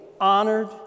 honored